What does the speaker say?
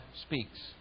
speaks